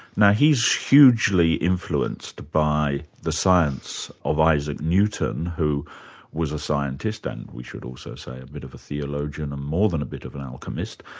now he's hugely influenced by the science of isaac newton who was a scientist and we should also say a bit of a theologian and more than a bit of an alchemist,